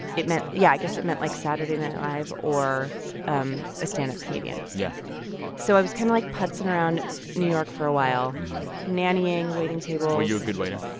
it meant yeah, i guess it meant, like, saturday night live or um a stand-up comedian yeah so i was kind of, like, putzing around new york for a while nannying, waiting tables were you a good waiter?